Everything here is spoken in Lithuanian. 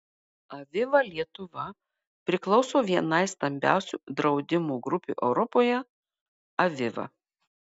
aviva lietuva priklauso vienai stambiausių draudimo grupių europoje aviva